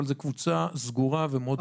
אבל זאת קבוצה סגורה ומאוד מוגדרת.